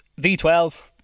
V12